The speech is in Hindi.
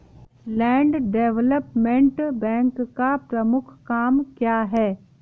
लैंड डेवलपमेंट बैंक का प्रमुख काम क्या है?